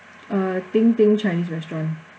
uh ting ting chinese restaurant